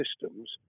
systems